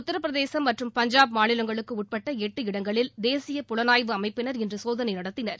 உத்தரபிரதேசம் மற்றும் பஞ்சாப் மாநிலங்களுக்குட்பட்ட எட்டு இடங்களில் தேசிய புலனாய்வு அமைப்பினர் இன்று சோதனை நடத்தினர்